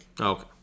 okay